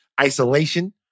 isolation